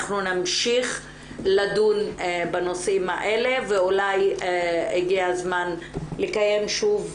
אנחנו נמשיך לדון בנושאים האלה ואולי הגיע הזמן לקיים שוב